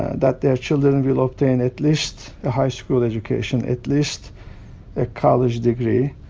that their children will obtain at least a high school education, at least a college degree.